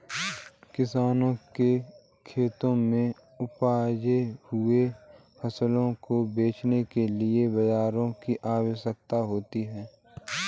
किसानों के खेत में उपजे हुए फसलों को बेचने के लिए बाजार की आवश्यकता होती है